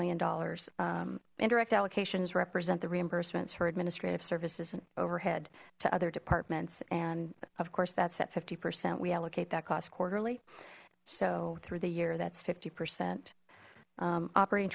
million dollars in direct allocations represent the reimbursements for administrative services and overhead to other departments and of course that's at fifty percent we allocate that class quarterly so through the year that's fifty percent operating